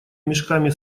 мешками